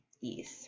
ease